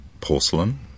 porcelain